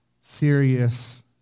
serious